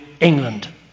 England